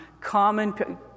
common